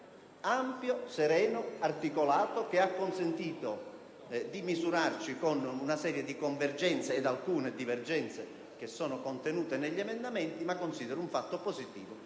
ampio, sereno e articolato; esso ha consentito di misurarci con una serie di convergenze e alcune divergenze contenute negli emendamenti. Considero comunque un fatto positivo